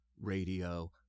Radio